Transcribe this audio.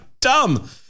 dumb